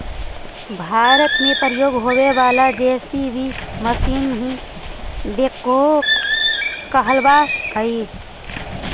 भारत में प्रयोग होवे वाला जे.सी.बी मशीन ही बेक्हो कहलावऽ हई